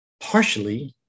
partially